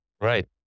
Right